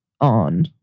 on